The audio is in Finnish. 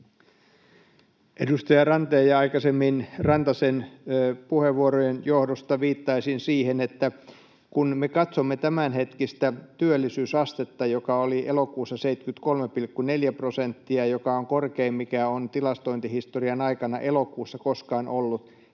Edustaja Ranteen ja aikaisemmin Rantasen puheenvuorojen johdosta viittaisin siihen, että kun me katsomme tämänhetkistä työllisyysastetta, joka oli elokuussa 73,4 prosenttia, joka on korkein, mikä on tilastointihistorian aikana elokuussa koskaan ollut,